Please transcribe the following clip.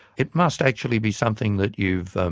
it must actually be something that you've